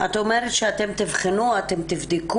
את אומרת שאתם תבחנו ותבדקו.